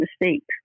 mistakes